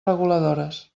reguladores